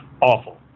Awful